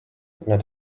nad